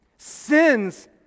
Sins